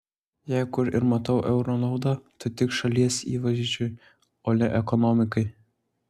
jei kur ir matau euro naudą tai tik šalies įvaizdžiui o ne ekonomikai